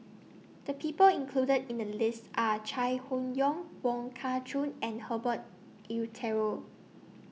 The People included in The list Are Chai Hon Yoong Wong Kah Chun and Herbert Eleuterio